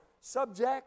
subject